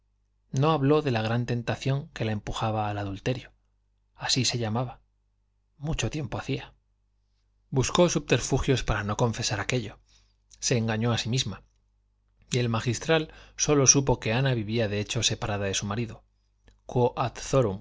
no habló de la gran tentación que la empujaba al adulterio así se llamaba mucho tiempo hacía buscó subterfugios para no confesar aquello se engañó a sí misma y el magistral sólo supo que ana vivía de hecho separada de su marido quo